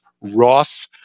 Roth